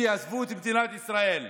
שיעזבו את מדינת ישראל.